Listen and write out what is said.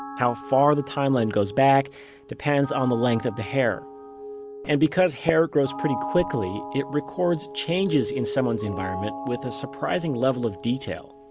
how far the timeline goes back depends on the length of the hair and because hair grows pretty quickly, it records changes in someone's environment with a surprising level of detail